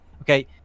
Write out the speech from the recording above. okay